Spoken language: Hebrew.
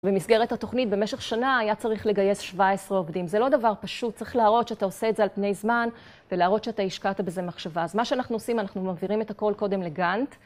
במסגרת התוכנית במשך שנה היה צריך לגייס 17 עובדים, זה לא דבר פשוט, צריך להראות שאתה עושה את זה על פני זמן ולהראות שאתה השקעת בזה מחשבה. אז מה שאנחנו עושים, אנחנו מעבירים את הכול קודם לגאנט...